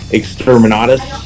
exterminatus